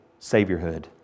Saviorhood